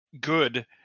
good